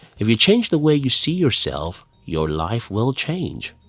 if you change the way you see yourself, your life will change.